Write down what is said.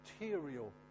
material